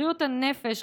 בריאות הנפש,